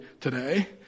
today